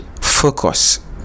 Focus